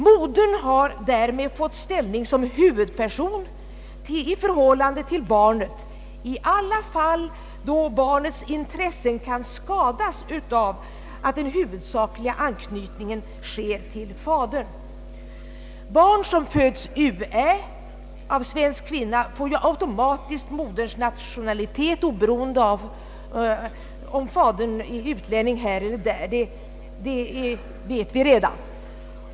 Modern har därmed fått ställningen som huvudperson i förhållande till barnet i alla de fall då barnets intressen kan skadas av att den huvudsakliga anknytningen sker till fadern. Barn som föds u. ä. av svensk kvinna får automatiskt moderns nationalitet, när fadern är utlänning.